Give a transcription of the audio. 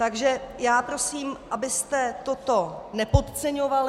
Takže prosím, abyste toto nepodceňovali.